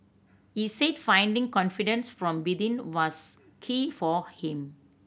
he said finding confidence from within was key for him